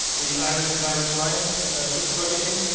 the irish and irish lions rugby team.